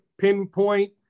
pinpoint